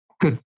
good